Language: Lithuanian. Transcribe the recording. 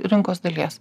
rinkos dalies